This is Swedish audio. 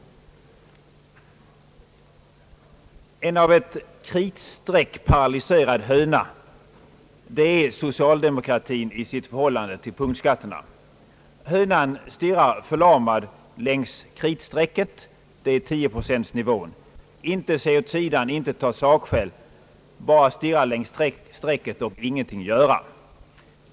En av ett kritstreck paralyserad höna det är socialdemokratin i sitt förhållande till punktskatterna. Hönan stirrar förlamad längs kritstrecket — det är 10-procentsnivån — ser inte åt sidan, tar inte sakskäl, stirrar bara längs strecket och gör ingenting.